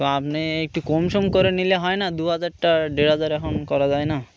তো আপনি একটু কম সম করে নিলে হয় না দু হাজারটা দেড় হাজার এখন করা যায় না